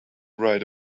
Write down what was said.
right